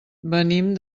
venim